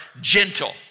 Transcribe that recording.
gentle